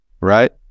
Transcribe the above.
right